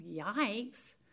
yikes